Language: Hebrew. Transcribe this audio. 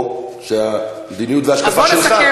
או שהמדיניות וההשקפה שלך